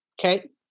Okay